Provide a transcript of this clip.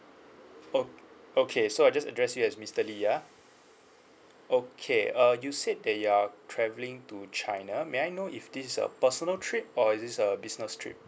o~ okay so I just address you as mister lee ya okay uh you said that you are travelling to china may I know if this is a personal trip or is this a business trip